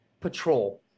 patrol